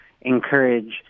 encourage